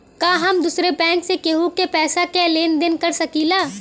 का हम दूसरे बैंक से केहू के पैसा क लेन देन कर सकिला?